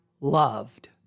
loved